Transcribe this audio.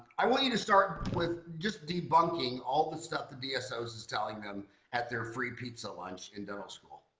i want you to start with just debunking all the stuff the dsos is telling them at their free pizza lunch in dental school.